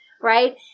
right